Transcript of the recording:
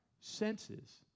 senses